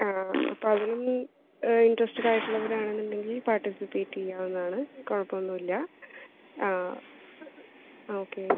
ആ അപ്പോൾ അതിലൊന്നും ഇൻറ്ററെസ്റ്റഡായിട്ടൊള്ളവരാണെന്നുണ്ടെങ്കിൽ പാർട്ടിസിപ്പേറ്റ് ചെയ്യാവുന്നതാണ് കുഴപ്പമൊന്നൂല്ല ആ ഓക്കെ